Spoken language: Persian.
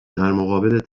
مقابل